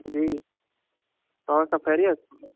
جی اور سب خیریت